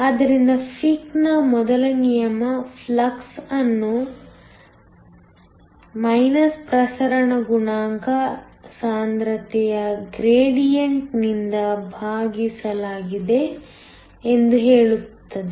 ಆದ್ದರಿಂದ ಫಿಕ್ನ ಮೊದಲ ನಿಯಮವು ಫ್ಲಕ್ಸ್ ಅನ್ನು ಪ್ರಸರಣ ಗುಣಾಂಕ ಸಾಂದ್ರತೆಯ ಗ್ರೇಡಿಯಂಟ್ನಿಂದ ಭಾಗಿಸಲಾಗಿದೆ ಎಂದು ಹೇಳುತ್ತದೆ